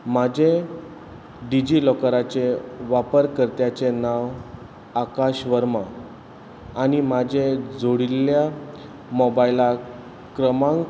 म्हजें डिजी लॉकराचें वापर कर्त्याचें नांव आकाश वर्मा आनी म्हजे जोडिल्ल्या मोबायल क्रमांक